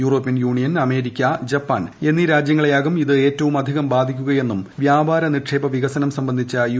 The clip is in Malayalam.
യൂറോപ്യൻ യൂണിയൻ അമേരിക്ക ജപ്പാൻ എന്നീ രാജ്യങ്ങളെയാകും ഇത് ഏറ്റവുമധികം ബാധിക്കുകയെന്നും വ്യാപാര നിക്ഷേപ വികസനം സംബന്ധിച്ച യു